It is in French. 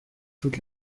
toute